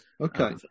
okay